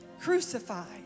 crucified